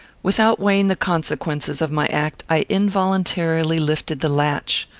without weighing the consequences of my act, i involuntarily lifted the latch.